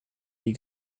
you